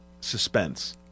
suspense